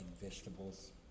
vegetables